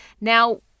Now